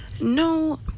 No